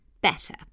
better